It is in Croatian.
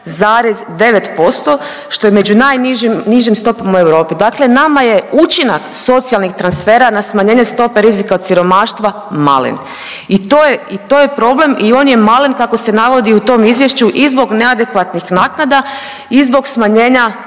20,9% što je među najnižim stopama u Europi. Dakle, nama je učinak socijalnih transfera na smanjenje stope rizika od siromaštva malen i to je i to je problem i on je malen kako se navodi u tom izvješću i zbog neadekvatnih naknada i zbog smanjenja